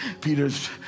Peter's